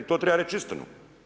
To treba reći istinu.